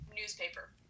newspaper